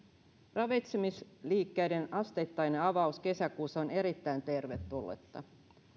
ravitsemisliikkeiden asteittainen avaus kesäkuussa on erittäin tervetullutta